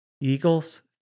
eagles